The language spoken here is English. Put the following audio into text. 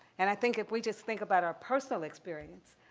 and i think if we just think about our personal experience,